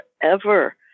forever